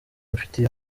mfitiye